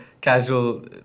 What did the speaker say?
casual